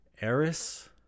Eris